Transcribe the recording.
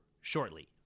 shortly